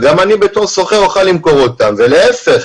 וגם אני בתור סוחר אוכל למכור אותם ולהיפך,